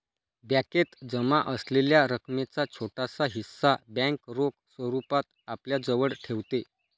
बॅकेत जमा असलेल्या रकमेचा छोटासा हिस्सा बँक रोख स्वरूपात आपल्याजवळ ठेवते